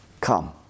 Come